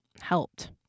helped